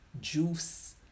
juice